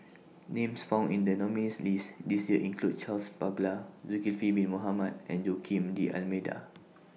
Names found in The nominees' list This Year include Charles Paglar Zulkifli Bin Mohamed and Joaquim D'almeida